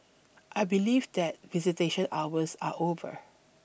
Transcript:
I believe that visitation hours are over